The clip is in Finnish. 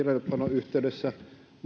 yhteydessä